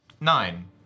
Nine